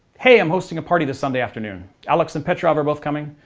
hey! i'm hosting a party this sunday afternoon, alex and petrov are both coming.